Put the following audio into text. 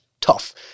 tough